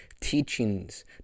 teachings